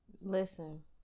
listen